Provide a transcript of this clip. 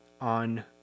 on